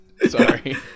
Sorry